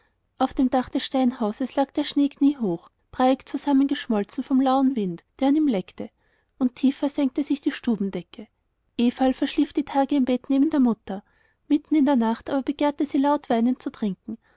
auf dem dach des steinhauses lag der schnee kniehoch breiig zusammengeschmolzen vom lauen wind der an ihm leckte und tiefer senkte sich die stubendecke everl verschlief die tage im bett neben der mutter mitten in der nacht aber begehrte sie laut weinend zu trinken